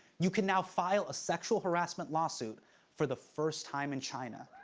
you can now file a sexual harassment lawsuit for the first time in china.